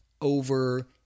over